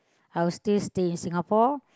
I will stay still in Singapore